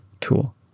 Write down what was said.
tool